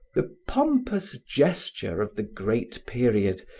the pompous gesture of the great period,